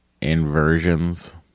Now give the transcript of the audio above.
inversions